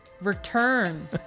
return